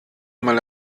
mal